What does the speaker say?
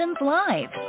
Live